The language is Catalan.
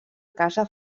casa